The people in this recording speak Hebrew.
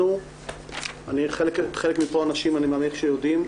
חלק מהאנשים שפה אני מניח שיודעים,